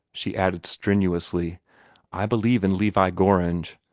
she added strenuously i believe in levi gorringe!